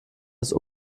des